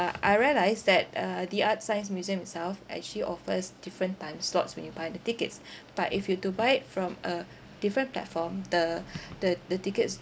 uh I realised that uh the artscience museum itself actually offers different time slots when you buy the tickets but if you to buy it from a different platform the the the tickets